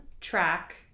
track